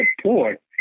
support